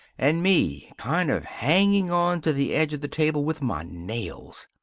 and me kind of hanging on to the edge of the table with my nails.